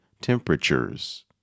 temperatures